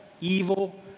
evil